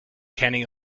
kenny